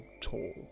tall